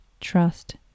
trust